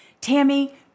Tammy